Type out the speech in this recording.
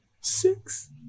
Six